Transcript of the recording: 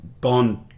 Bond